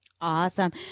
Awesome